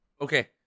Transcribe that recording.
Okay